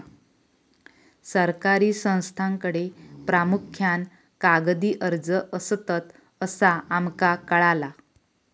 सरकारी संस्थांकडे प्रामुख्यान कागदी अर्ज असतत, असा आमका कळाला